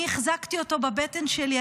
אני החזקתי אותו בבטן שלי.